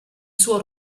suo